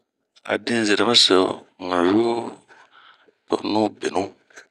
A din zeremi so un yu tonu binu.